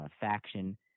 faction